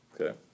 Okay